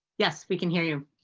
yes. we can hear you.